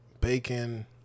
bacon